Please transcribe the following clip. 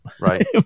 Right